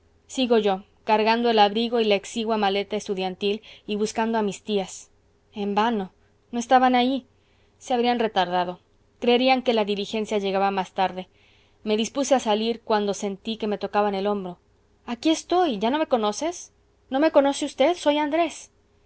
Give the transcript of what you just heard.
sigo yo cargando el abrigo y la exigua maleta estudiantil y buscando a mis tías en vano no estaban allí se habrían retardado creerían que la diligencia llegaba más tarde me dispuse a salir cuando sentí que me tocaban el hombro aquí estoy ya no me conoces no me conoce usted soy andrés